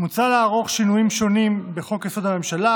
מוצע לערוך שינויים שונים בחוק-יסוד: הממשלה,